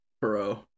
Bro